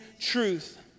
truth